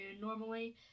normally